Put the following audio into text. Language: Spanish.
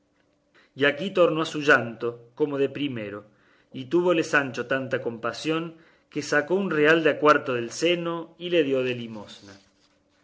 y aquí tornó a su llanto como de primero y túvole sancho tanta compasión que sacó un real de a cuatro del seno y se le dio de limosna